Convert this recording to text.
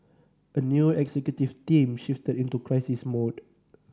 a new executive team shifted into crisis mode